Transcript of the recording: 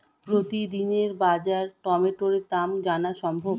প্রতিদিনের বাজার টমেটোর দাম জানা সম্ভব?